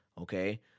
okay